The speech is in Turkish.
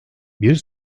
bir